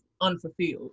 unfulfilled